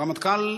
הרמטכ"ל,